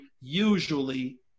usually